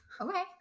Okay